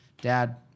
Dad